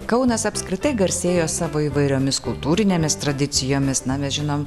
kaunas apskritai garsėjo savo įvairiomis kultūrinėmis tradicijomis na mes žinom